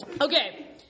Okay